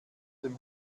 dem